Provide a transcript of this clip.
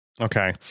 Okay